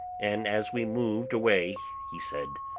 and as we moved away he said